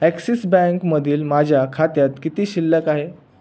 axis बँकमधील माझ्या खात्यात किती शिल्लक आहे